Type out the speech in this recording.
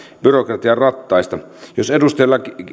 byrokratian rattaissa jos edustaja